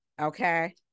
Okay